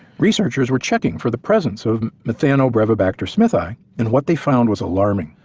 researchers were checking for the presence of methanobrevibacter smithii and what they found was alarming.